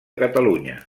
catalunya